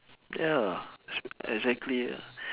ya ex~ exactly ya